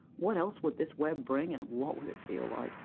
what else would this web bring, and what would it feel like?